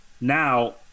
now